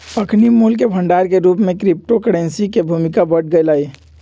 अखनि मोल के भंडार के रूप में क्रिप्टो करेंसी के भूमिका बढ़ गेलइ